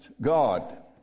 God